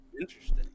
Interesting